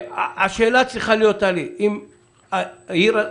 טלי, השאלה היא כזאת.